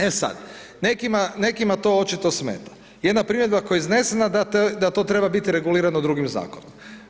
E sad, nekima to očito smeta, jedna primjedba koja je iznesena, da to treba biti regulirano drugim Zakonom.